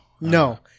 No